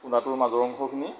কুন্দাটোৰ মাজৰ অংশখিনি